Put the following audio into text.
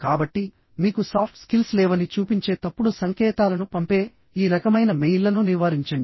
కాబట్టి మీకు soft skills లేవని చూపించే తప్పుడు సంకేతాలను పంపే ఈ రకమైన మెయిల్లను నివారించండి